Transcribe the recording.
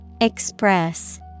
Express